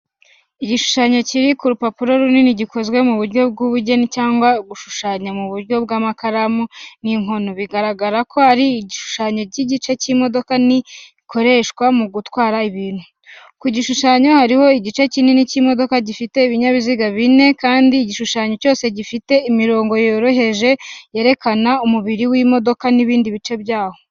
Igishushanyo kiri ku rupapuro runini gikozwe mu buryo bw'ubugeni cyangwa gushushanya mu buryo bw’amakaramu n’inkono, bigaragara ko ari igishushanyo cy'igice cy'imodoka nini ikoreshwa mu gutwara ibintu. Ku gishushanyo, hariho igice kinini cy’imodoka gifite ibinyabiziga bine kandi igishushanyo cyose gifite imirongo yoroheje yerekana umubiri w’imodoka n’ibindi bice byayo.